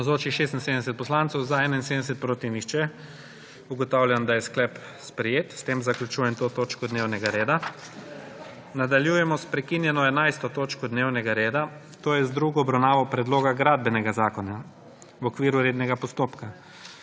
(Za je glasovalo 71.) (Proti nihče.) Ugotavljam, da je sklep sprejet. S tem zaključujem to točko dnevnega reda. Nadaljujemo s prekinjeno 11. točko dnevnega reda, to je z drugo obravnavo Predloga gradbenega zakona v okviru rednega postopka.